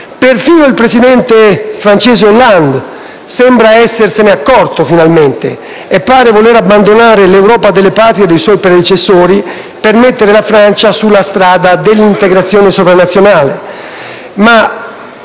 Persino il presidente francese Hollande sembra finalmente essersene accorto e pare voler abbandonare l'Europa delle Patrie dei suoi predecessori per mettere la Francia sulla strada dell'integrazione sovranazionale.